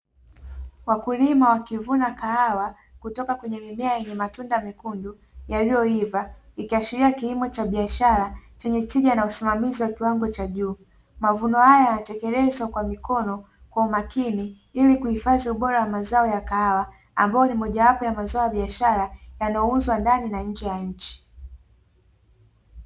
Wakulima wakivuna kahawa, kutoka kwenye mimea yenye matunda mekundu yaliyoiva, ikiashiria kilimo cha biashara chenye tija na usimamizi wa kiwango cha juu. Mavuno haya yanatekelezwa kwa mikono, kwa umakini, ili kuhifadhi ubora wa mazao ya kahawa, ambayo ni mojawapo ya mazao ya biashara, yanayouzwa ndani na nje ya nchi.